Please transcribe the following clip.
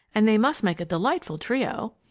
and they must make a delightful trio!